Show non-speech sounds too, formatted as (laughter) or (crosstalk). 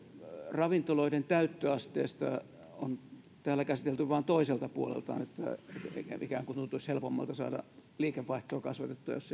ravintoloiden täyttöasteesta on täällä käsitelty vain toiselta puolelta että ikään kuin tuntuisi helpommalta saada liikevaihtoa kasvatettua jos (unintelligible)